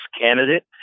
candidate